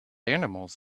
animals